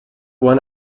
won